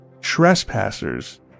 Trespassers